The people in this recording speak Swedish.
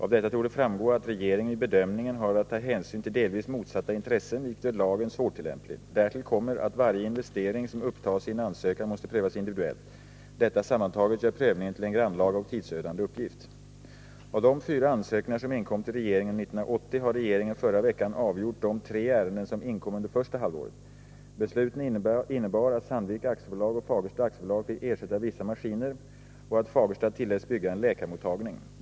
Av detta torde framgå att regeringen vid bedömningen har att ta hänsyn till delvis motsatta intressen, vilket gör lagen svårtillämplig. Därtill kommer att varje investering som upptas i en ansökan måste prövas individuellt. Detta sammantaget gör prövningen till en grannlaga och tidsödande uppgift. Av de fyra ansökningar som inkom till regeringen under 1980 har regeringen förra veckan avgjort de tre ärenden som inkom under första halvåret. Besluten innebar att Sandvik AB och Fagersta AB fick ersätta vissa maskiner och att Fagersta tilläts bygga en läkarmottagning.